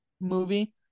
movie